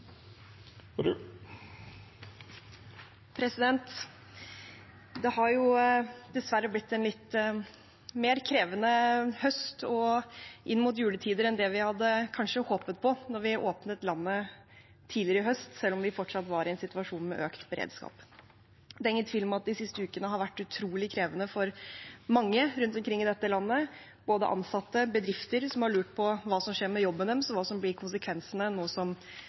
Det har dessverre blitt en litt mer krevende høst og periode inn mot juletider enn det vi kanskje hadde håpet på da vi åpnet landet tidligere i høst, selv om vi fortsatt var i en situasjon med økt beredskap. Det er ingen tvil om at de siste ukene har vært utrolig krevende for mange rundt omkring i dette landet, både for ansatte og bedrifter, folk som har lurt på hva som skjer med jobben deres, og hva som blir konsekvensene